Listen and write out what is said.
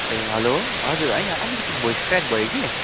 ए hello होइन हजुर अलिकति भोइस क्र्याक भयो कि